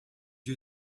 you